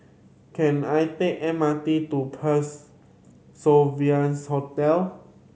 can I take M R T to Parc Sovereigns Hotel